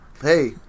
Hey